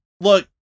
look